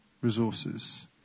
resources